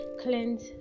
cleanse